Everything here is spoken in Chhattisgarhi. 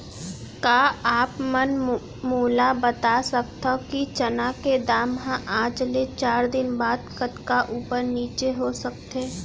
का आप मन मोला बता सकथव कि चना के दाम हा आज ले चार दिन बाद कतका ऊपर नीचे हो सकथे?